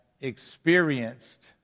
experienced